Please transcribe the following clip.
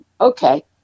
Okay